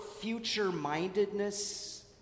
future-mindedness